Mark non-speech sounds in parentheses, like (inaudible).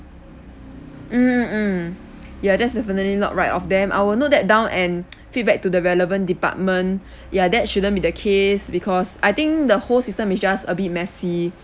mm mm mm ya that's definitely not right of them I will note that down and (noise) feedback to the relevant department (breath) ya that shouldn't be the case because I think the whole system is just a bit messy